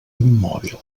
immòbil